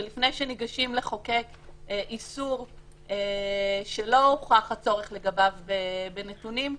ולפני שניגשים לחוקק איסור שלא הוכח הצורך לגביו בנתונים,